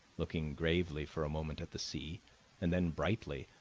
looking gravely for a moment at the sea and then brightly,